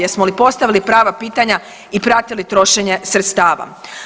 Jesmo li postavili prava pitanja i pratili trošenje sredstava?